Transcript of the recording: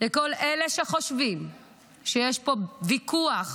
לכל אלה שחושבים שיש פה ויכוח